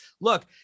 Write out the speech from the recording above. look